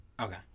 okay